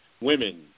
women